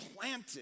planted